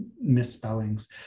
misspellings